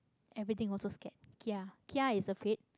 everything also scared khia khia is afraid